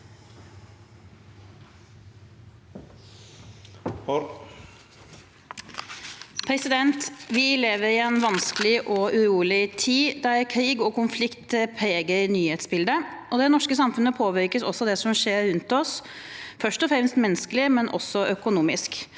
Vi lever i en vans- kelig og urolig tid, der krig og konflikt preger nyhetsbildet. Det norske samfunnet påvirkes av det som skjer rundt oss, først og fremst menneskelig, men også økonomisk,